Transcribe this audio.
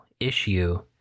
Issue